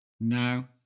Now